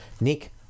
Nick